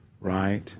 right